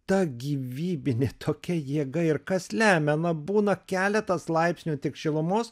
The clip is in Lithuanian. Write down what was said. ta gyvybinė tokia jėga ir kas lemia na būna keletas laipsnių tik šilumos